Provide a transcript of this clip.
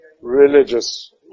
religious